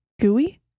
gooey